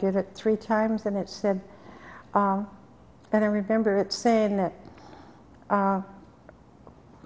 did it three times and it said and i remember it saying that